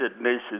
Nations